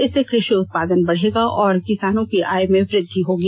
इससे कृषि उत्पादन बढ़गा और किसानों की आय में वृद्धि होगी